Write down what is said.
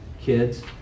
kids